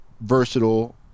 versatile